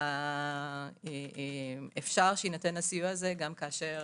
אלא אפשר שיינתן הסיוע הזה גם כאשר